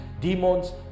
Demons